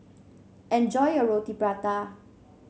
enjoy your Roti Prata